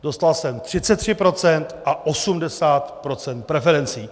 Dostal jsem 33 % a 80 % preferencí.